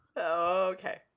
okay